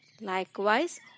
Likewise